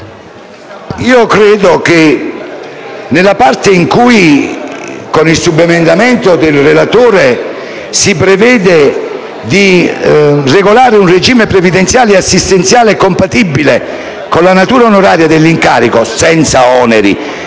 credo che con la parte dell'emendamento del relatore in cui si prevede di regolare «un regime previdenziale e assistenziale compatibile con la natura onoraria dell'incarico, senza oneri